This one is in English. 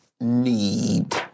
need